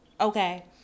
Okay